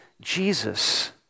Jesus